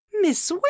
Miss